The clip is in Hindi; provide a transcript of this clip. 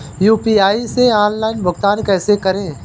यू.पी.आई से ऑनलाइन भुगतान कैसे करें?